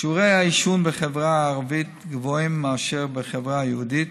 שיעורי העישון בחברה הערבית גבוהים מאשר בחברה היהודית,